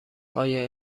آیا